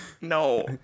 No